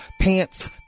pants